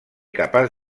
capaç